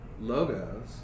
logos